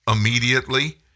immediately